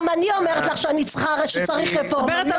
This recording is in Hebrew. גם אני אומרת לך שצריך רפורמה.